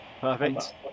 Perfect